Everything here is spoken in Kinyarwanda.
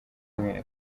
cyumweru